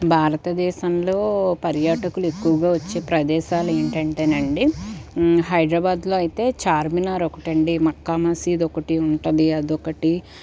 భారతదేశంలో పర్యాటకులు ఎక్కువగా వచ్చే ప్రదేశాలు ఏంటంటే అండీ హైదరాబాదులో అయితే చార్మినార్ ఒకటండి మక్కా మసీదు ఒకటి ఉంటుంది అది ఒకటి